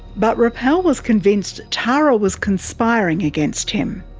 but rappel was convinced tara was conspiring against him.